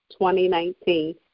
2019